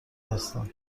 هستند